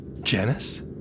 Janice